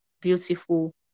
beautiful